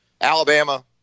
Alabama